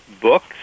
books